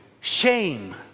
Shame